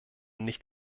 nicht